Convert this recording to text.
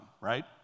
right